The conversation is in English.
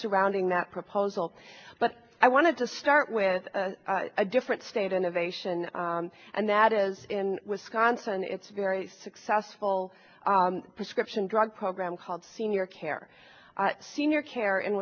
surrounding that proposal but i want to start with a different state innovation and that is in wisconsin it's very successful prescription drug program called senior care senior care in